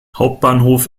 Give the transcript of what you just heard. hauptbahnhof